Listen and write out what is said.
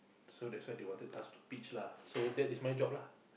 so that's why they wanted us to pitch lah so that is my job lah